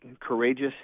courageous